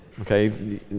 Okay